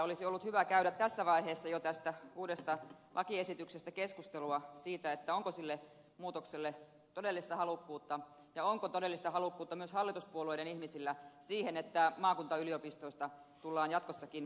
olisi ollut hyvä käydä jo tässä vaiheessa tästä uudesta lakiesityksestä keskustelua siitä onko sille muutokselle todellista halukkuutta ja onko todellista halukkuutta myös hallituspuolueiden ihmisillä siihen että maakuntayliopistoista tullaan jatkossakin pitämään huolta